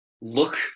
look